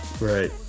right